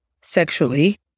sexually